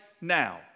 now